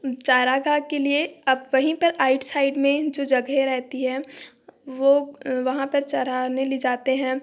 चारागाह के लिए अब वहीं पर आईटसाइड में जो जगह रहती है वो वहाँ पर चराने ले जाते हैं